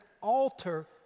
alter